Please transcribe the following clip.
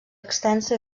extensa